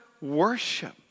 worship